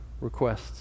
requests